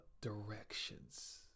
directions